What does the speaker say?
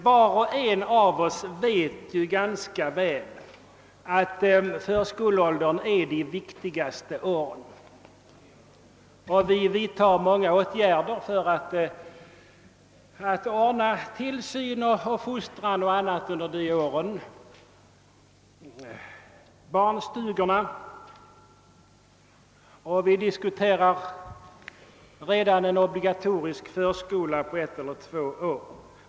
Var och en av oss vet ganska väl, att förskoleåldern är de viktigaste åren, och vi vidtar många åtgärder för att ordna tillsyn, fostran och annat under de åren. Vi har barnstugor, och vi diskuterar redan en obligatorisk förskola på ett eller två år.